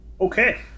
Okay